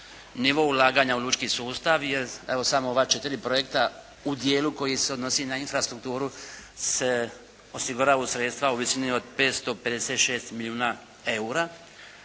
nivo ulaganja u lučki sustav, jer evo samo ova četiri projekta u dijelu koji se odnosi na infrastrukturu se osiguravaju sredstva u visini od 556 milijuna eura.